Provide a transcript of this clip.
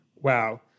Wow